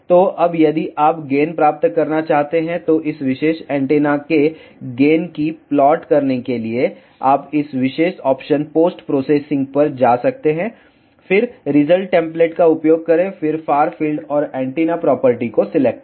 तो अब यदि आप गेन प्राप्त करना चाहते हैं तो इस विशेष ऐन्टेना के गेन की प्लॉट करने के लिए आप इस विशेष ऑप्शन पोस्ट प्रोसेसिंग पर जा सकते हैं फिर रिजल्ट टेम्पलेट का उपयोग करें फिर फार फील्ड और एंटीना प्रॉपर्टी को सिलेक्ट करें